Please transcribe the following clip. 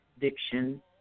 diction